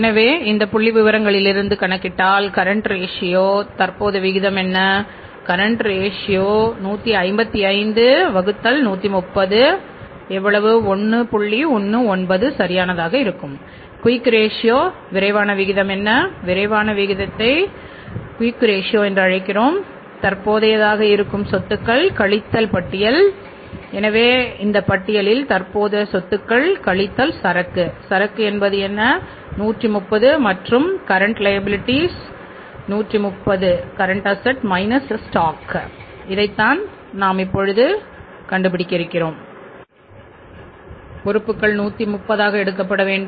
எனவே இந்த புள்ளிவிவரங்களிலிருந்து கணக்கிட்டால்கரண்ட் ரேஷியோ பொறுப்புகள் 130 ஆக எடுக்கப்பட வேண்டும்